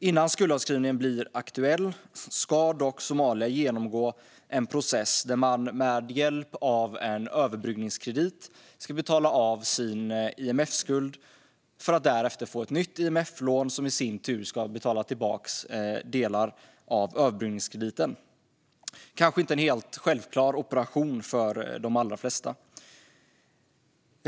Innan skuldavskrivningen blir aktuell ska dock Somalia genomgå en process där landet med hjälp av en överbryggningskredit ska betala av sin IMF-skuld, för att därefter få ett nytt IMF-lån som i sin tur ska betala tillbaka delar av överbryggningskrediten. Detta är kanske inte en helt självklar operation för de allra flesta.